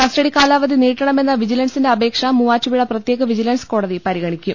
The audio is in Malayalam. കസ്റ്റഡി കാലാവധി നീട്ടണമെന്ന വിജി ലൻസിന്റെ അപേക്ഷ മൂവാറ്റുപുഴ പ്രത്യേക വിജിലൻസ് കോടതി പരിഗണിക്കും